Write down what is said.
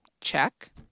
Check